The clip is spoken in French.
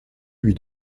lui